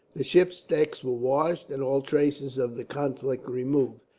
the ship's decks were washed, and all traces of the conflict removed.